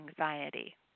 anxiety